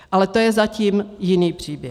Ale to je zatím jiný příběh.